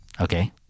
Okay